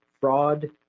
fraud